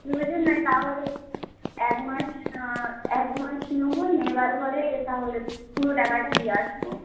ওই জন্যই তাহলে এক মাস এক মাস নোব নেবার পরে তাহলে পুরো টাকাটা দিয়ে আসবো